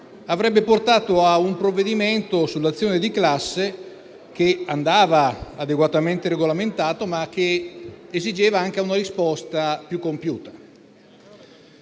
avrebbe portato a un provvedimento sull'azione di classe. Questa andava adeguatamente regolamentata, ma esigeva anche una risposta più compiuta.